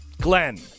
Glenn